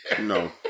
No